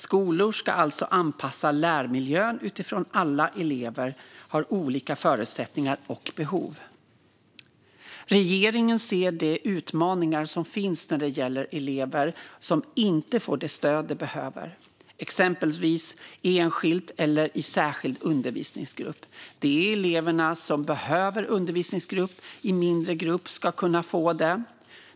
Skolor ska alltså anpassa lärmiljön utifrån att elever har olika förutsättningar och behov. Regeringen ser de utmaningar som finns när det gäller elever som inte får det stöd de behöver, exempelvis enskilt eller i en särskild undervisningsgrupp. De elever som behöver undervisning i en mindre grupp ska kunna få det.